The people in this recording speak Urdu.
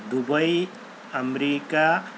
دبئی امریکا